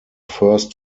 first